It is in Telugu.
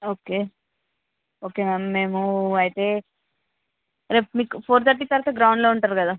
ఓకే ఓకే మ్యామ్ మేము అయితే రేపు మీకు ఫోర్ థర్టీ తర్వాత గ్రౌండ్లో ఉంటారు కదా